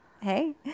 Hey